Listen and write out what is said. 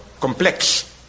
complex